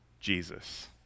Jesus